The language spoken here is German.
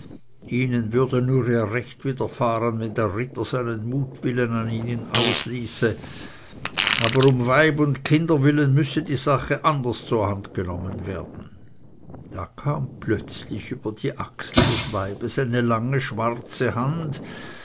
ihnen würde nur ihr recht widerfahren wenn der ritter seinen mutwillen an ihnen ausließe aber um weib und kinder willen müsse die sache anders zur hand genommen werden da kam plötzlich über die achsel des weibes eine lange schwarze hand